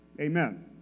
Amen